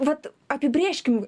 vat apibrėžkim